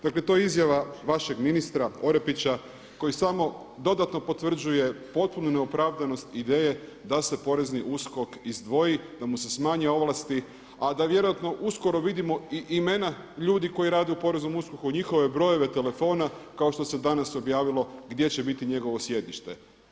Dakle to je izjava vašeg ministra Orepića koji samo dodatno potvrđuje potpunu neopravdanost ideje da se porezni USKOK izdvoji, da mu se smanje ovlasti a da vjerojatno uskoro vidimo i imena ljudi koji rade u poreznom USKOK-u, njihove brojeve telefona kao što se danas objavilo gdje će biti njegov sjedište.